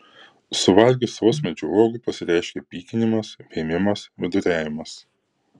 suvalgius sausmedžio uogų pasireiškia pykinimas vėmimas viduriavimas